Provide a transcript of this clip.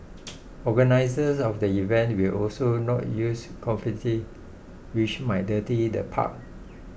organisers of the event will also not use confetti which might dirty the park